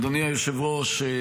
אדוני היושב-ראש,